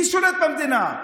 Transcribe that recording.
מי שולט במדינה?